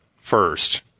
first